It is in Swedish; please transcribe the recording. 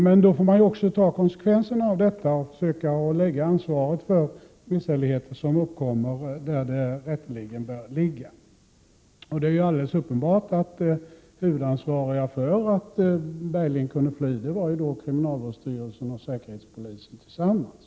Men då får man i också ta konsekvenserna av detta och försöka lägga ansvaret för misshälligheter som uppkommer där det rätteligen bör ligga. Det är alldeles uppenbart att de som var huvudansvariga för att Bergling kunde fly var kriminalvårdsstyrelsen och säkerhetspolisen tillsammans.